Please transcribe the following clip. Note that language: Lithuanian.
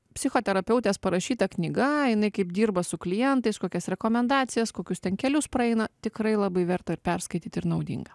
psichoterapeutės parašyta knyga jinai kaip dirba su klientais kokias rekomendacijas kokius ten kelius praeina tikrai labai verta ir perskaityt ir naudinga